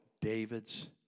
David's